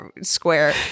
square